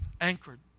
anchored